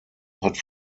hat